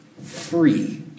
free